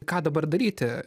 ką dabar daryti